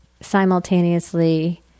simultaneously